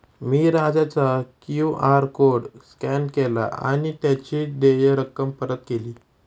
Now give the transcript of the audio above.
मी राजाचा QR code scan केला आणि त्याची देय रक्कम परत केली